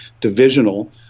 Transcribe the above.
divisional